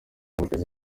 bateze